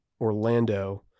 Orlando